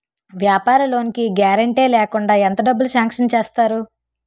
వ్యాపార లోన్ కి గారంటే లేకుండా ఎంత డబ్బులు సాంక్షన్ చేస్తారు?